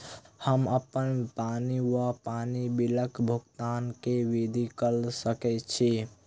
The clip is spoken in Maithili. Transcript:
हम्मर अप्पन पानि वा पानि बिलक भुगतान केँ विधि कऽ सकय छी?